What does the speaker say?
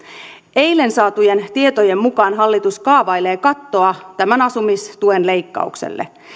eilen saatujen tietojen mukaan hallitus kaavailee kattoa tämän asumistuen leikkaukselle